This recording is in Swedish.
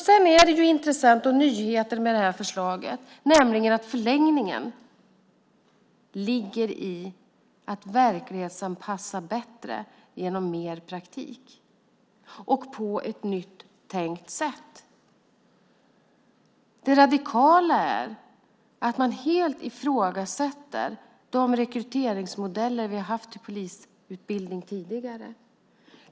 Sedan är det ju intressant, och en nyhet med det här förslaget, att förlängningen ligger i att verklighetsanpassa bättre genom mer praktik och på ett nytt sätt. Det radikala är att man helt ifrågasätter de rekryteringsmodeller som vi har haft i polisutbildningen tidigare.